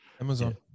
Amazon